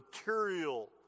material